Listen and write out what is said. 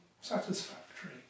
satisfactory